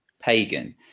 pagan